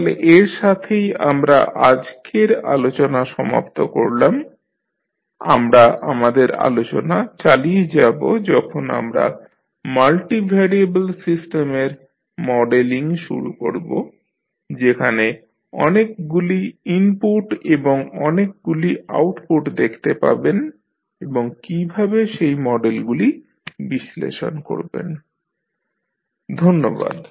তাহলে এর সাথেই আমরা আজকের আলোচনা সমাপ্ত করলাম আমরা আমাদের আলোচনা চালিয়ে যাব যখন আমরা মাল্টিভ্যারিয়েবল সিস্টেমের মডেলিং শুরু করব যেখানে অনেকগুলি ইনপুট এবং অনেকগুলি আউটপুট দেখতে পাবেন এবং কীভাবে সেই মডেলগুলিকে বিশ্লেষণ করবেন ধন্যবাদ